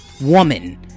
woman